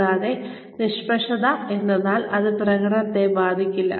കൂടാതെ നിഷ്പക്ഷത എന്തെന്നാൽ അത് പ്രകടനത്തെ ബാധിക്കില്ല